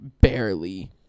Barely